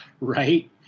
right